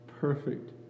perfect